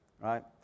right